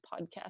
podcast